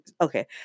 Okay